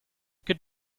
good